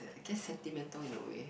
I guess sentimental in a way